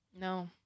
No